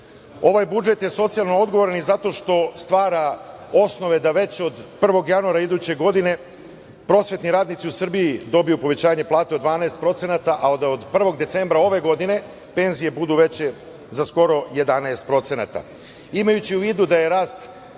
budžet je socijalno odgovoran i zato što stvara osnove da već od 1. januara iduće godine prosvetni radnici u Srbiji dobiju povećanje plata od 12%, a da od 1. decembra ove godine penzije budu veće za skoro 11%.Imajući